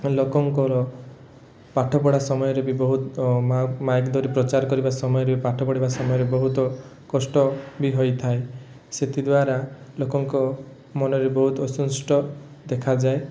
ଲୋକଙ୍କର ପାଠପଢ଼ା ସମୟରେ ବି ବହୁତ ମାଇକ୍ ଧରି ପ୍ରଚାର କରିବା ସମୟରେ ପାଠ ପଢ଼ିବା ସମୟରେ ବହୁତ କଷ୍ଟ ବି ହୋଇଥାଏ ସେଥିଦ୍ୱାରା ଲୋକଙ୍କ ମନରେ ବହୁତ ଅସନ୍ତୁଷ୍ଟ ଦେଖାଯାଏ